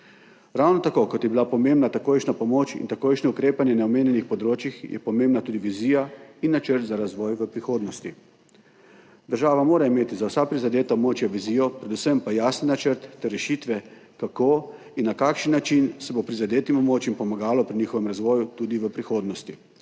Ravno tako, kot je bila pomembna takojšnja pomoč in takojšnje ukrepanje na omenjenih področjih, je pomembna tudi vizija in načrt za razvoj v prihodnosti. Država mora imeti za vsa prizadeta območja vizijo, predvsem pa jasen načrt ter rešitve, kako in na kakšen način se bo prizadetim območjem pomagalo pri njihovem razvoju tudi v prihodnosti.